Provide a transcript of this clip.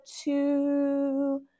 two